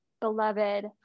beloved